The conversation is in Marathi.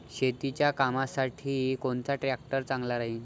शेतीच्या कामासाठी कोनचा ट्रॅक्टर चांगला राहीन?